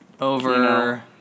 over